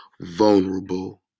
vulnerable